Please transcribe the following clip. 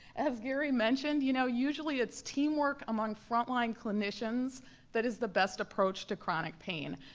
as gary mentioned, you know usually it's teamwork among frontline clinicians that is the best approach to chronic pain.